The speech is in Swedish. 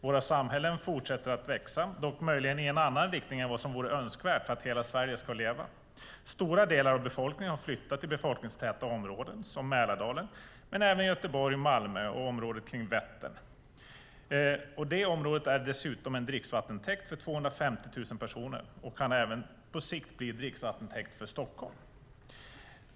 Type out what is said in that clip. Våra samhällen fortsätter växa, dock möjligen i en annan riktning än vad som vore önskvärt för att hela Sverige ska leva. Stora delar av befolkningen har flyttat till befolkningstäta Mälardalen, men även till Göteborg, Malmö och området kring Vättern. Vättern är dessutom dricksvattentäkt för 250 000 personer, och kan även på sikt bli dricksvattentäkt för Stockholm.